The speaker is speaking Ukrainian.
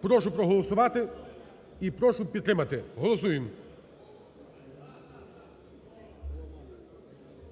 Прошу проголосувати і прошу підтримати. Голосуємо.